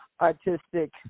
artistic